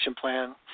plan